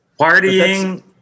partying